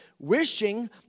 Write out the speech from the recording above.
Wishing